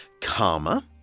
karma